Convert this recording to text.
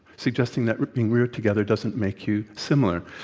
suggesting that being reared together doesn't make you similar.